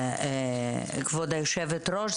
כבוד היושבת-ראש.